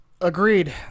Agreed